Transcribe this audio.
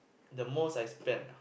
the most I spend